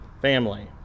family